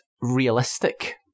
realistic